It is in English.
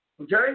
Okay